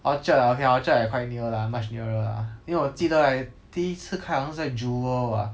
orchard ah okay lah orchard like quite near lah much nearer lah 因为我记得 right 第一次开好像是在 jewel what